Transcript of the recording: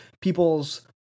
people's